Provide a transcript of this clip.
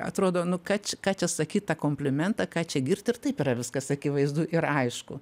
atrodo ką čia ką čia sakyt tą komplimentą ką čia girt ir taip yra viskas akivaizdu ir aišku